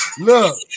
Look